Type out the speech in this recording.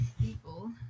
people